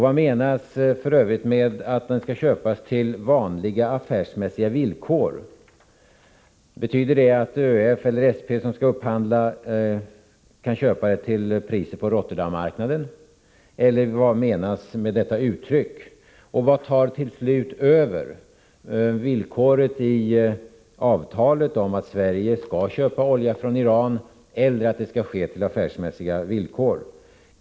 Vad menas f. ö. med att oljan skall köpas ”på vanliga affärsmässiga villkor”? Betyder det att ÖEF eller SP, som skall upphandla, kan köpa den till de priser som gäller på Rotterdammarknaden, eller vad menas med detta uttryck? Vad tar till slut över — villkoret i avtalet om att Sverige skall köpa olja från Iran, eller att det skall ske på affärsmässiga villkor?